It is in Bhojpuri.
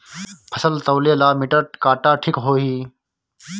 फसल तौले ला मिटर काटा ठिक होही?